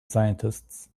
scientists